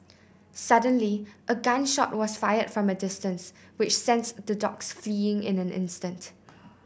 suddenly a gun shot was fired from a distance which sent the dogs fleeing in an instant